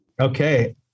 Okay